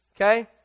Okay